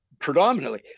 predominantly